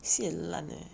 sibei 烂 eh